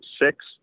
six